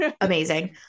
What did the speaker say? Amazing